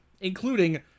including